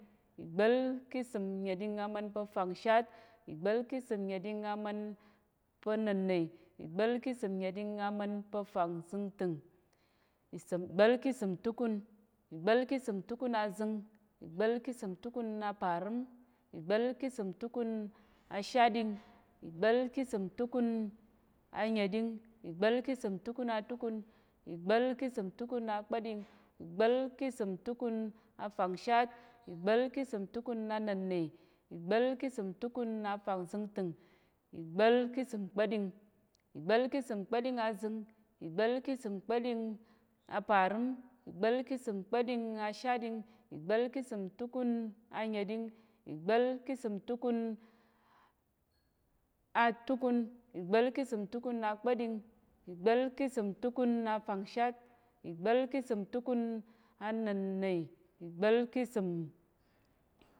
Igba̱l ki səm nyeɗing amən pa̱ fangshat. igba̱l ki səm nyeɗing amən pa̱ nənne, igba̱l ki səm nyeɗing amən pa̱ fangzəngtəng, isəm gɓal ki səm túkun, igba̱l ki səm túkun a zing, igba̱l ki səm túkun apa̱rəm, igba̱l ki səm túkun ashaɗing, igba̱l ki səm túkun a nyeɗing, igba̱l ki səm túkun a túkun, igba̱l ki səm túkun a kpaɗing, igba̱l ki səm túkun a fangshat, igba̱l ki səm túkun a nənne, igba̱l ki səm túkun a fangzəngtəng, igba̱l ki səm kpaɗing, igba̱l ki səm kpaɗing azing, igba̱l ki səm kpaɗing apa̱rəm, igba̱l ki səm kpaɗing ashaɗing, igba̱l ki səm túkun a nyeɗing, igba̱l ki səm túkun a túkun, igba̱l ki səm túkun a kpaɗing, igba̱l ki səm túkun a fangshat, igba̱l ki səm túkun a nənne, igba̱l ki səm